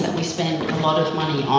we spend a lot of money on,